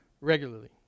regularly